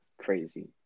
crazy